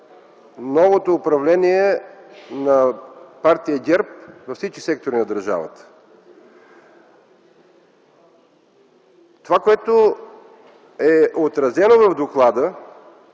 новото управление на партия ГЕРБ във всички сектори на държавата. Това, което е отразено в доклада,